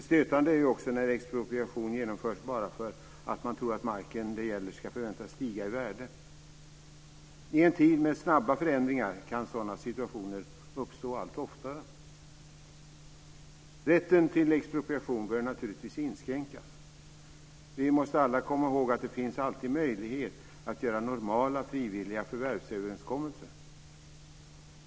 Stötande är det också när expropriation genomförs bara därför att man tror att marken det gäller ska förväntas stiga i värde. I en tid med snabba förändringar kan sådana situationer uppstå allt oftare. Rätten till expropriation bör naturligtvis inskränkas. Vi måste alla komma ihåg att det alltid finns möjlighet att göra normala frivilliga förvärvsöverenskommelser.